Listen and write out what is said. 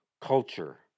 culture